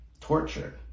Torture